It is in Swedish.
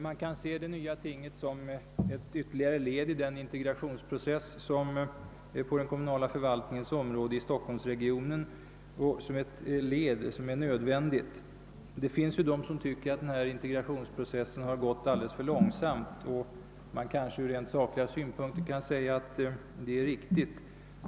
| Man kan se det nya tinget som ett ytterligare led i integrationssträvandena på den kommunala förvaltningens område i stockholmsregionen — och som ett nödvändigt led. Det finns de som tycker att hela denna process har gått för långsamt, och från rent sakliga synpunkter är detta kanske riktigt.